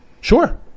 sure